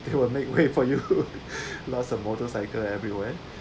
it will make way for you lots of motorcycle everywhere